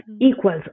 equals